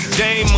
day